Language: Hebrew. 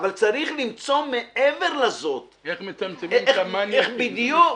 אבל צריך למצוא מעבר לזה --- איך מצמצמים את ההיקף הגדול.